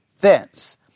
thence